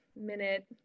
minute